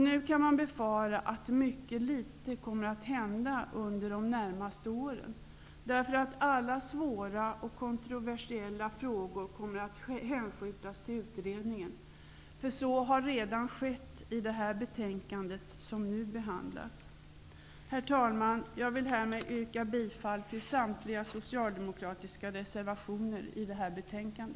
Nu kan man emellertid befara att väldigt litet kommer att hända under de närmaste åren. Alla svåra och kontroversiella frågor kommer att hänskjutas till utredningen. Så har redan skett i det betänkande som nu behandlas. Herr talman! Jag yrkar härmed bifall till samtliga socialdemokratiska reservationer i detta betänkande.